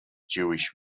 jewish